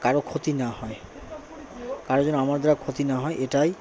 কারো ক্ষতি না হয় কারো যেন আমার দ্বারা ক্ষতি না হয় এটাই